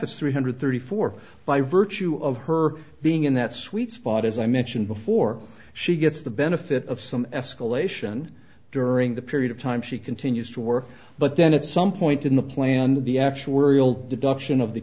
this three hundred thirty four by virtue of her being in that sweet spot as i mentioned before she gets the benefit of some escalation during the period of time she continues to work but then at some point in the plan the actuarial deduction of the